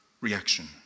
reaction